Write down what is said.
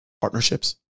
partnerships